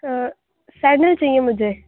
آ sandal چاہیے مجھے